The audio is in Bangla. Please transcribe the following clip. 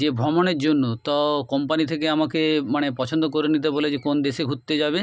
যে ভ্রমণের জন্য তো কোম্পানি থেকে আমাকে মানে পছন্দ করে নিতে বলেছে কোন দেশে ঘুরতে যাবে